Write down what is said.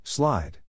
Slide